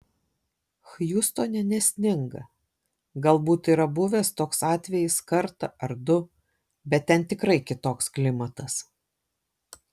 hjustone nesninga galbūt yra buvęs toks atvejis kartą ar du bet ten tikrai kitoks klimatas